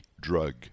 drug